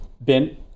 Ben